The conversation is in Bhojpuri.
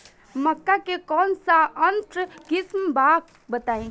मक्का के कौन सा उन्नत किस्म बा बताई?